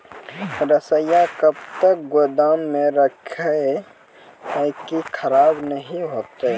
रईचा कब तक गोदाम मे रखी है की खराब नहीं होता?